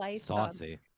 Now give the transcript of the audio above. Saucy